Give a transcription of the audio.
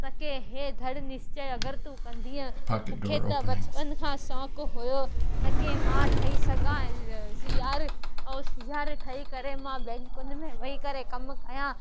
त की इहे धण निश्चय अगरि तूं कंदीअ मूंखे त बचपन खां शौक़ु हुओ की मां ठही सघां सी आर ऐं सी आर ठही करे मां बैंकुनि में वेई करे कमु कया